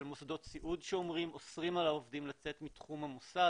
של מוסדות סיעוד שאוסרים על העובדים לצאת מתחום המוסד,